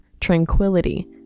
tranquility